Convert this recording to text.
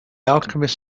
alchemist